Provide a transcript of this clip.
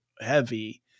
heavy